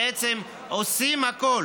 עושים הכול